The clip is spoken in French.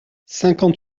cinquante